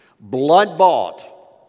blood-bought